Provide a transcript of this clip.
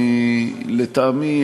לטעמי,